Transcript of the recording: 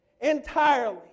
entirely